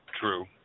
True